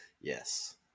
Yes